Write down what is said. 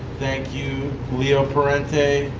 thank you, leo parente.